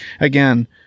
again